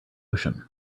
ocean